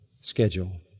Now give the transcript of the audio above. schedule